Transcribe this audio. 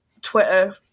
Twitter